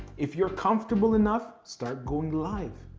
if you're comfortable enough, start going live,